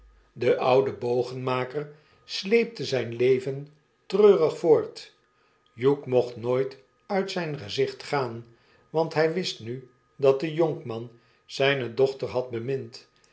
de oude bogenmaker sleepte zyn leven treurig voort hugh mocht nooit uit zijn gezicht aan want hy wist nu dat de jonkman zjjne dochter had